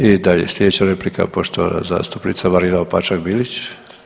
I dalje, slijedeća replika poštovana zastupnica Marina Opačak Bilić.